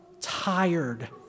tired